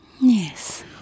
Yes